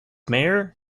mayor